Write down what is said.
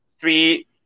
three